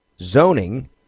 zoning